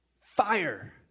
fire